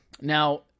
now